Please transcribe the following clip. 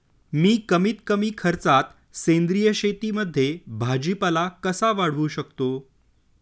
मी कमीत कमी खर्चात सेंद्रिय शेतीमध्ये भाजीपाला कसा वाढवू शकतो?